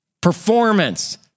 performance